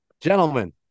Gentlemen